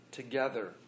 together